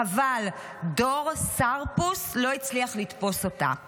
חבל דור סרפוס לא הצליח לתפוס אותה";